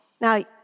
Now